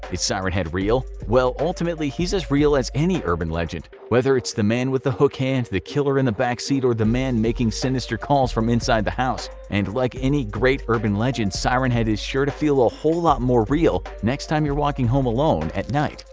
sirenhead real? well, ultimately, he's as real as any urban legend whether it's the man with the hook hand, the killer in the back seat, or the man making sinister calls from inside the house. and like any great urban legend, sirenhead is sure to feel a whole lot more real next time you're walking home alone at night,